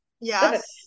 Yes